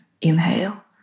inhale